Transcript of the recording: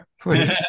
Please